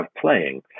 playing